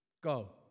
Go